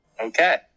Okay